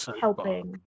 helping